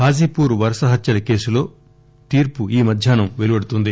హాజీపూర్ వరుస హత్సల కేసులో తీర్పు ఈ మధ్యాహ్నం వెలువడనుంది